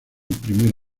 primer